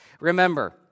Remember